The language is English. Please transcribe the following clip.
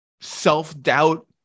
self-doubt